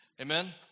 Amen